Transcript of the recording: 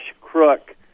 crook